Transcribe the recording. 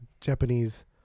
Japanese